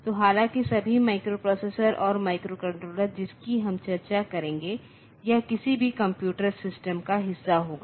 तो हालांकि सभी माइक्रोप्रोसेसरों और माइक्रोकंट्रोलर जिसकी हम चर्चा करेंगे यह किसी भी कंप्यूटर सिस्टम का हिस्सा होगा